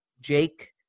Jake